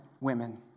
women